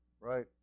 Right